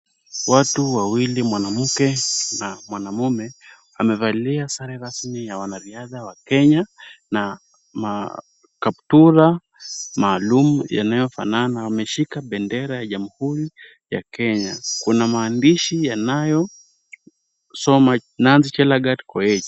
Watu wawili mwanamke na mwanaume wamevalia sare rasmi ya wanariadha wa Kenya na makaptula maulum yanayofanana. Wameshika bendera ya jamhuri ya Kenya. Kuna maandishi yanayosoma Nancy Chelagat Koech.